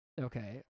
Okay